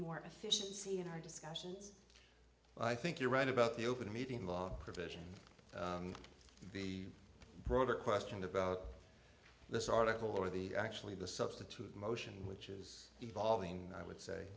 more efficiency in our discussions i think you're right about the open meeting law profession the broader question about this article or the actually the substitute motion which is evolving i would say